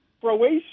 Croatia